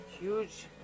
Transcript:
huge